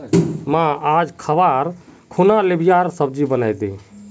मां, आइज खबार खूना लोबियार सब्जी बनइ दे